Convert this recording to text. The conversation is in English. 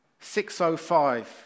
605